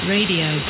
Radio